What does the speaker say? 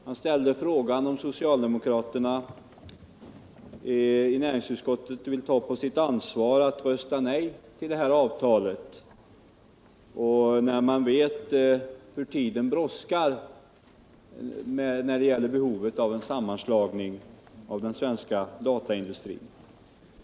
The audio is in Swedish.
Han ställde frågan om socialdemokraterna i näringsutskottet vill ta på sitt ansvar att rösta nej till det här avtalet, när vi vet hur det brådskar när det gäller behovet av en sammanslagning av den svenska dataindustrin.